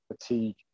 fatigue